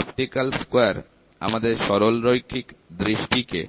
optical square আমাদের সরলরৈখিক দৃষ্টিকে